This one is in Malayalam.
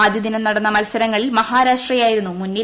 ആദ്യ ദിനം നടന്ന മത്സരങ്ങളിൽ മഹാരാഷ്ട്രയായിരുന്നു മുന്നിൽ